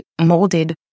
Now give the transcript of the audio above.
molded